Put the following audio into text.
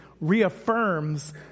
reaffirms